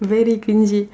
very cringey